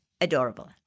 adorable